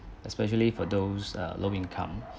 especially for those uh low income